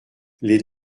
les